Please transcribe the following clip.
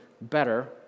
better